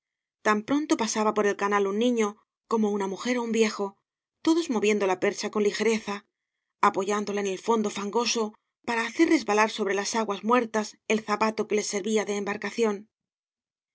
tan pronto pasaba por el canal un niño como una mujer ó un viejo todos moviendo la percha con ligereza apoyándola en el fondo fangoso para hacer resbalar sobre las aguas muertas el zapato que les servía de embarcación